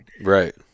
Right